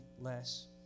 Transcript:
less